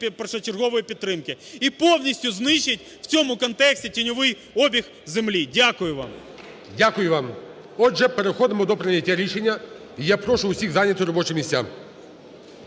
першочергової підтримки, і повністю знищить в цьому контексті тіньовий обіг землі. Дякую вам. ГОЛОВУЮЧИЙ. Дякую вам. Отже, переходимо до прийняття рішення і я прошу усіх зайняти робочі місця.